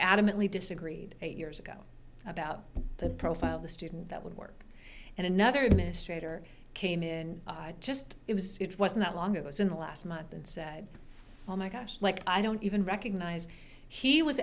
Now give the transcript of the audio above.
adamantly disagreed eight years ago about the profile of the student that would work and another administrator came in i just it was it wasn't that long it was in the last month and said oh my gosh like i don't even recognize he was